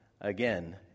again